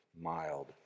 mild